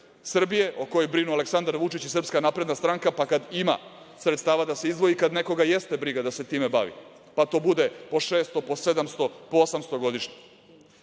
o kojoj brinu Aleksandar Vučić i SNS, pa kada ima sredstava da se izdvoji i kada nekoga jeste briga da se time bavi, pa to bude po 600, po 700, po 800 godišnje.